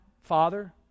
Father